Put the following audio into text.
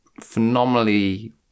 phenomenally